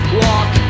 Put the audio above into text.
walk